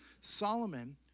Solomon